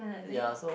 ya so